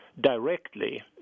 directly